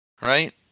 right